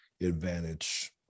advantage